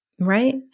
Right